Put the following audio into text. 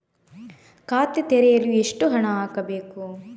ಖಾತೆ ತೆರೆಯಲು ಎಷ್ಟು ಹಣ ಹಾಕಬೇಕು?